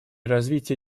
развития